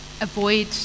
avoid